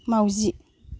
माउजि